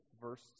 verse